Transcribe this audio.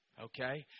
Okay